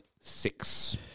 six